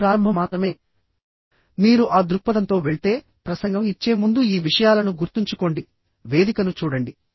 ఇది ప్రారంభం మాత్రమే మీరు ఆ దృక్పథంతో వెళ్తే ప్రసంగం ఇచ్చే ముందు ఈ విషయాలను గుర్తుంచుకోండి వేదికను చూడండి